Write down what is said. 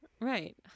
Right